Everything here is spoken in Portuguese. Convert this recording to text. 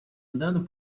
andando